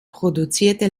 produzierte